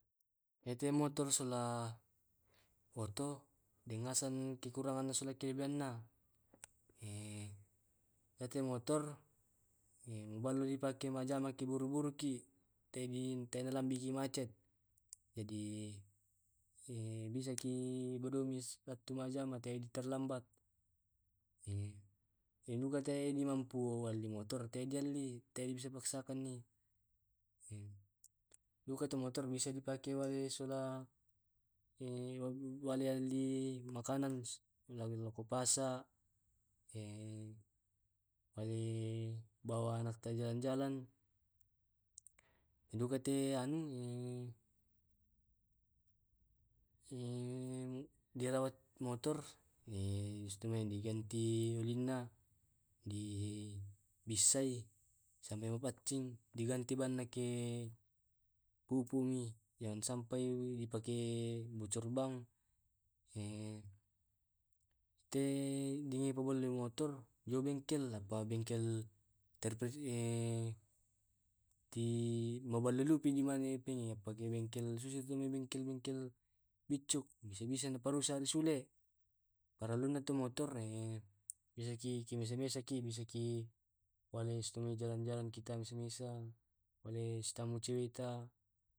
Yate motor sola oto dengasan kuranganna sola kelebihanna, yate motor eh maballo di pake majama ke buru buruki tae di tena galaiki macet jadi bisaki badumi satu majama teai terlambat. den duka tae di mamampu walli motor teai di alli, teai di paksakangi. duka tu motor bisai di pake sula wali alli makanan wai lao ku pasa, ale bawa anak te jalan jalan. Den duka te anu di rawat motor, biasa tumai diganti olinna, dibissai sampai mapaccing, diganti banna ke pupumi, jan sampai di pake bucor bang. yate di beli bipa motor jauh bengkel apa bengkel ter ki maballu lupi apakebengkel susa tu mai bengkel bengkel biccu, bisa bisai na parusa risule. Parellunna tu motor eh bisaki mesa mesaki, bisaki bisaki si tumai jalan jalan kita si mesa wale sitammu ceweta.